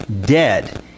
dead